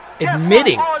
admitting